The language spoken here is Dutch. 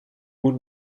moet